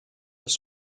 els